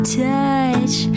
touch